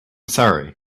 sorry